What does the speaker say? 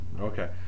Okay